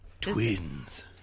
Twins